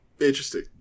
Interesting